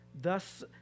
thus